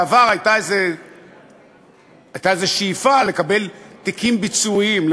בעבר הייתה איזו שאיפה לקבל תיקים ביצועיים,